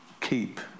Keep